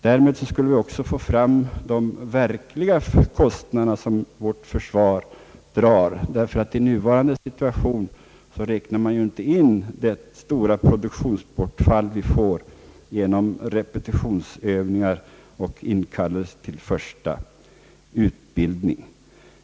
Därmed skulle också de verkliga kostnader som vårt försvar drar kunna redovisas, ty i nuvarande situation räknar man inte med det stora produktionsbortfali som sker på grund av repetitionsövningar och inkallelser till första militärtjänstgöring.